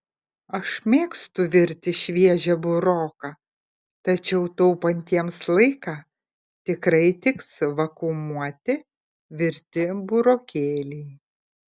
aš mėgstu virti šviežią buroką tačiau taupantiems laiką tikrai tiks vakuumuoti virti burokėliai